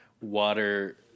water